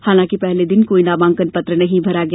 हालांकि पहले दिन कोई नामांकन पत्र नहीं भरा गया